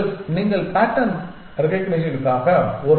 அவர்கள் நீங்கள் பேட்டர்ன் ரீகாக்னிஷனுக்காகpattern recognition